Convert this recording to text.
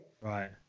Right